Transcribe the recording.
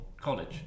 college